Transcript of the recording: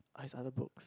are his other books